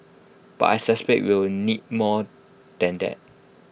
but I suspect we will need more than that